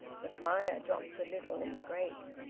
the fire dropped a little in the grate.